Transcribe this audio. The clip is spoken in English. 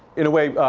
in a way,